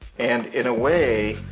and in a way,